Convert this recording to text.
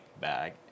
bag